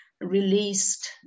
released